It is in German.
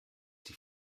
die